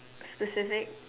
specific